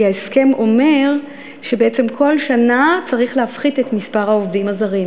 כי ההסכם אומר שבעצם כל שנה צריך להפחית את מספר העובדים הזרים.